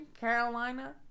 Carolina